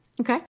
Okay